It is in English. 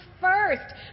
first